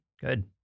good